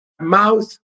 mouth